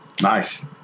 Nice